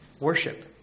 worship